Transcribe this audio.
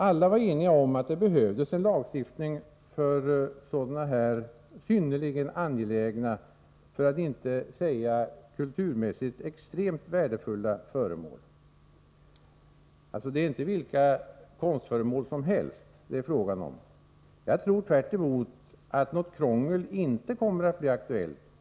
Alla var eniga om att det behövdes en lagstiftning för sådana här synnerligen angelägna, för att inte säga kulturmässigt extremt värdefulla föremål. Det är inte fråga om vilka konstföremål som helst. Jag tror tvärtom att något krångel inte kommer att bli aktuellt.